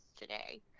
today